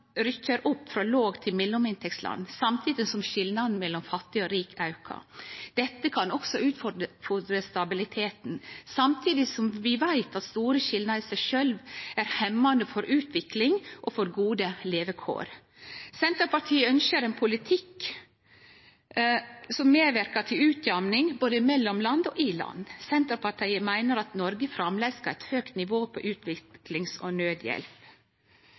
rykkjer opp frå låg- til mellominntektsland samtidig som skilnaden mellom fattig og rik aukar. Dette kan òg utfordre stabiliteten, samtidig som vi veit at store skilnader i seg sjølve er hemmande for utvikling og for gode levekår. Senterpartiet ønskjer ein politikk som medverkar til utjamning både mellom land og i land. Senterpartiet meiner at Noreg framleis skal ha eit høgt nivå på utviklings- og